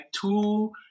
two